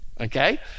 okay